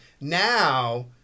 Now